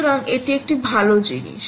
সুতরাং এটি একটি ভাল জিনিস